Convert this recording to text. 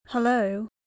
Hello